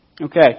Okay